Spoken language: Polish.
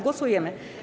Głosujemy.